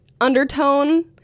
undertone